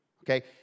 okay